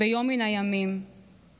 ביום מן הימים /